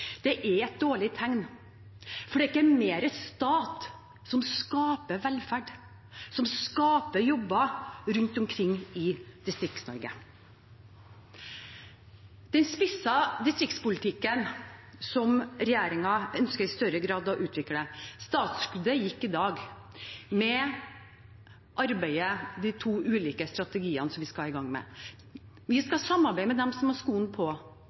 Det er et dårlig tegn. Det er ikke mer stat som skaper velferd, som skaper jobber rundt omkring i Distrikts-Norge. Når det gjelder den spissede distriktspolitikken som regjeringen i større grad ønsker å utvikle, gikk startskuddet i dag for arbeidet med de to ulike strategiene vi skal i gang med. Vi skal samarbeide med dem som har skoen på,